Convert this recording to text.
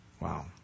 wow